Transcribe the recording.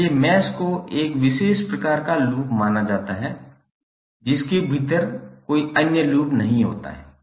इसलिए मैश को एक विशेष प्रकार का लूप माना जाता है जिसके भीतर कोई अन्य लूप नहीं होता है